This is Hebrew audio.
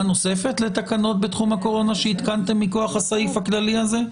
נוספת לתקנות בתחום הקורונה שהתקנתם מכוח הסעיף הכללי הזה?